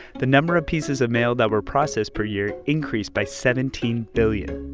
the number of pieces of mail that were processed per year, increased by seventeen billion.